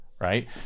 right